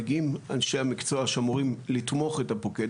מגיעים אנשי המקצוע שאמורים לתמוך את הפוקד.